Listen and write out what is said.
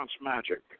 Magic